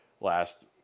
last